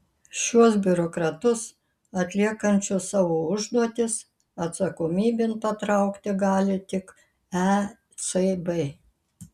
šiuos biurokratus atliekančius savo užduotis atsakomybėn patraukti gali tik ecb